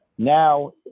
Now